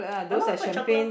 a lot of white chocolate